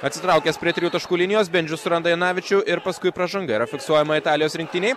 atsitraukęs prie trijų taškų linijos bendžius suranda janavičių ir paskui pražanga yra fiksuojama italijos rinktinei